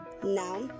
Now